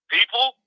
People